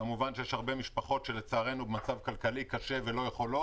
כמובן שיש משפחות שהן במצב כלכלי קשה והן לא יכולות.